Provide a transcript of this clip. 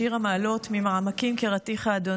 "שיר המעלות ממעמקים קראתיך ה'.